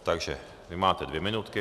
Takže vy máte dvě minutky.